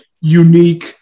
unique